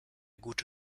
gute